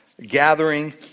gathering